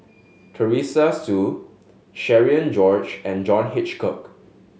Teresa Hsu Cherian George and John Hitchcock